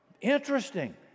interesting